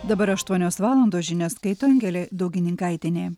dabar aštuonios valandos žinias skaito angelė daugininkaitienė